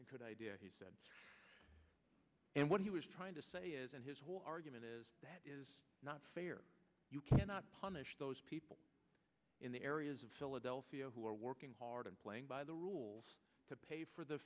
good idea he said and what he was trying to say is and his whole argument is that is not fair you cannot punish those people in the areas of philadelphia who are working hard and playing by the rules to pay for the